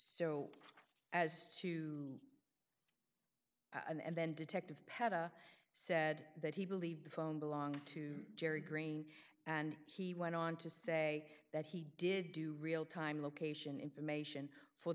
so as to and then detective peda said that he believed the phone belonged to jerry greene and he went on to say that he did do real time location information for